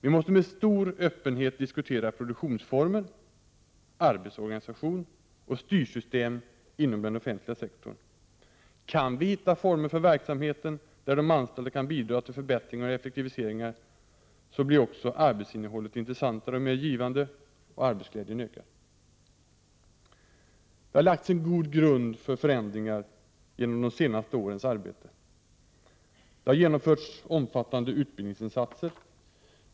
Vi måste med stor öppenhet diskutera produktionsformer, arbetsorganisation och styrsystem inom den offentliga sektorn. Kan vi hitta former för verksamheten där de anställda kan bidra till förbättringar och effektiviseringar blir också arbetsinnehållet intressantare och mer givande och arbetsglädjen ökar. Det har lagts en god grund för förändringar genom de senaste årens arbete. Det har genomförts omfattande utbildningsinsatser.